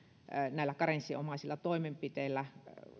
näillä karenssinomaisilla toimenpiteillä